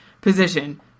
position